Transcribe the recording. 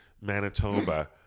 Manitoba